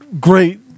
great